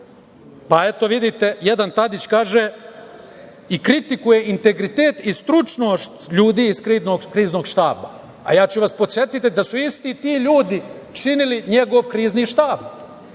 Eto, vidite, jedan Tadić kaže i kritikuje integritet i stručnost ljudi iz Kriznog štaba. Ja ću vas podsetiti da su isti ti ljudi činili njegov krizni štab.